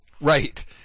right